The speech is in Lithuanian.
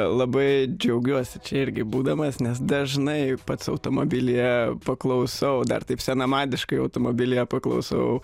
labai džiaugiuosi čia irgi būdamas nes dažnai pats automobilyje paklausau dar taip senamadiškai automobilyje paklausau